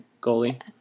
goalie